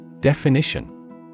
Definition